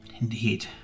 Indeed